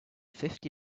fifty